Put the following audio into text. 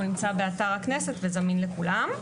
הוא נמצא באתר הכנסת וזמין לכולם.